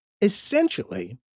essentially